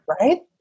Right